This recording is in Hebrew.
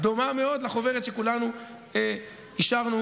דומה מאוד לחוברת שכולנו אישרנו